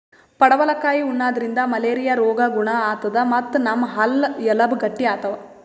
ಪಡವಲಕಾಯಿ ಉಣಾದ್ರಿನ್ದ ಮಲೇರಿಯಾ ರೋಗ್ ಗುಣ ಆತದ್ ಮತ್ತ್ ನಮ್ ಹಲ್ಲ ಎಲಬ್ ಗಟ್ಟಿ ಆತವ್